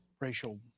Racial